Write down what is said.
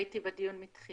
הייתי בדיון מתחילתו.